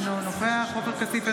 אינו נוכח עופר כסיף,